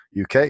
UK